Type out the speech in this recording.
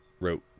Wrote